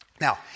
Now